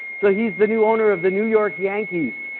so he's the new owner of the new york yankees.